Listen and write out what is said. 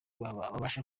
babasha